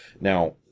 Now